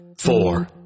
four